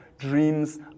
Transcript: dreams